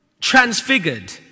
transfigured